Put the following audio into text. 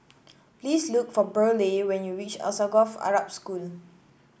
please look for Burleigh when you reach Alsagoff Arab School